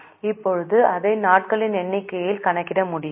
இப்போது அதை நாட்களின் எண்ணிக்கையில் கணக்கிட முடியுமா